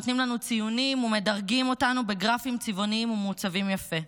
נותנים לנו ציונים ומדרגים אותנו בגרפים צבעוניים ומעוצבים יפה.